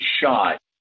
shot